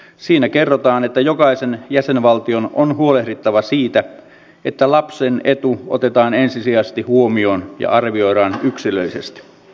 siinä kerrotaan että jokaisen jäsenvaltion on huolehdittava siitä että lapsen etu otetaan ensisijaisesti huomioon ja arvioidaan yksilöllisesti